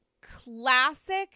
classic